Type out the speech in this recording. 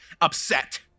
upset